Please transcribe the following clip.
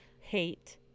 hate